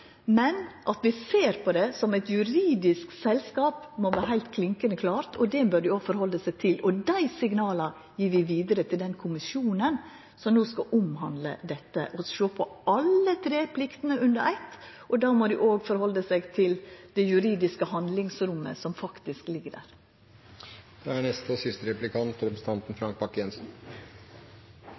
Men at vi ser på det som eitt juridisk selskap, må vera heilt klinkande klart, og det bør dei òg innretta seg etter. Signala om å sjå på alle dei tre pliktene under eitt, sender vi vidare til den kommisjonen som no skal sjå på dette. Då må dei òg innretta seg etter det juridiske handlingsrommet som faktisk ligg der. Reguleringene for fiskeflåten er